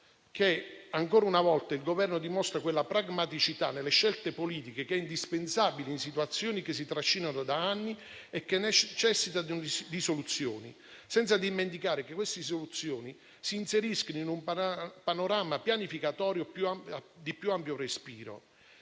che ancora una volta il Governo dimostra quella pragmaticità nelle scelte politiche che è indispensabile in situazioni che si trascinano da anni e che necessitano di soluzioni, senza dimenticare che queste si inseriscono in un panorama pianificatorio di più ampio respiro.